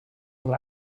will